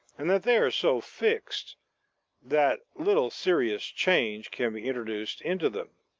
and that they are so fixed that little serious change can be introduced into them.